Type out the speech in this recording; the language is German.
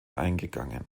eingegangen